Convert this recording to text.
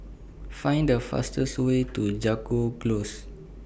Find The fastest Way to Jago Close